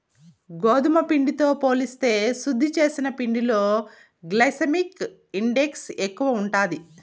గోధుమ పిండితో పోలిస్తే శుద్ది చేసిన పిండిలో గ్లైసెమిక్ ఇండెక్స్ ఎక్కువ ఉంటాది